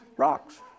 Rocks